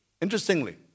Interestingly